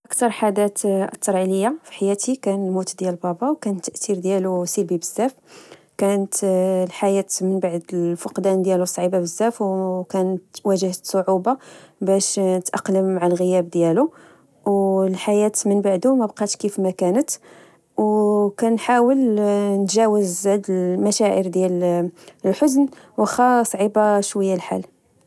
أكثر حدث أثر عليا في حياتي كان موت ديال بابا، وكان التأثير ديالو سلبي بزاف، كانت الحياة من بعد الفقدان ديالو صعيبة بزاف، وكنت واجهت صعوبة باش نتأقلم مع الغياب ديالو، أو الحياة من بعدو مبقاتتش كيف ما كانت، أو كنحاول نتجاوز هاد المشاعر ديال الحزن وخا صعيب شويةالحال